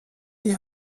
die